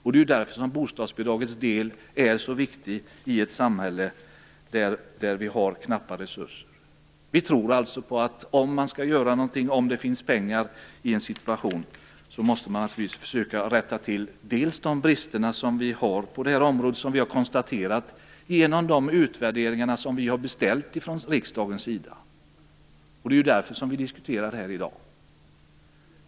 Det är därför som bostadsbidragen är så viktiga i ett samhälle där vi har knappa resurser. Om det finns pengar att göra något tycker vi att man måste försöka rätta till de brister som finns. Att dessa brister finns har konstaterats vid de utvärderingar som vi från riksdagens sida har beställt. Det är därför som vi diskuterar detta i dag.